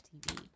TV